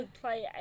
play